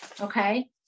Okay